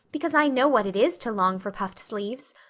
because i know what it is to long for puffed sleeves.